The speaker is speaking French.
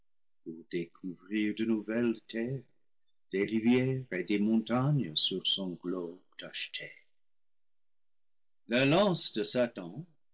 de nouvelles terres des rivières et des montagnes sur son globe tacheté la lance de satan